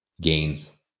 gains